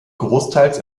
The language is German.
großteils